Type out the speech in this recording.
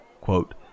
quote